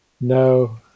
No